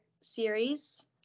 series